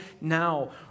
now